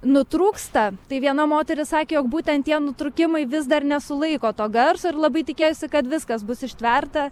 nutrūksta tai viena moteris sakė jog būtent tie nutrūkimai vis dar nesulaiko to garso ir labai tikėjosi kad viskas bus ištverta